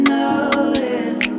notice